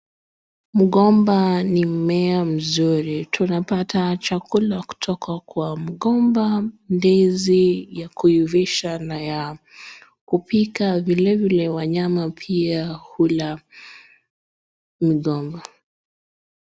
Mgomba ni mmea mzuri. Tunapata chakula kutoka kwa mgomba, ndizi ya kuivisha na yakupika. Vilevile wanyama pia hula mgomba.